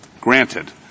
granted